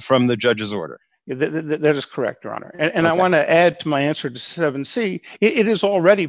from the judge's order if that is correct or honor and i want to add to my answer to see it is already